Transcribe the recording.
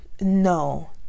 no